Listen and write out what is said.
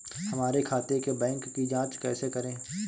हमारे खाते के बैंक की जाँच कैसे करें?